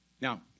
Now